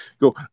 go